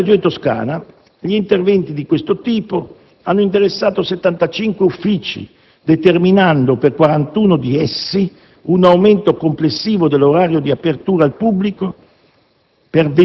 Nella Regione Toscana gli interventi di questo tipo hanno interessato 75 uffici, determinando per 41 di essi un aumento complessivo dell'orario di apertura al pubblico,